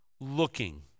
looking